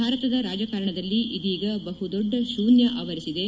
ಭಾರತದ ರಾಜಕಾರಣದಲ್ಲಿ ಇದೀಗ ಬಹುದೊಡ್ಡ ಶೂನ್ಯ ಆವರಿಸಿದೆ